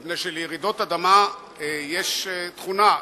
מפני שלרעידות אדמה יש תכונה,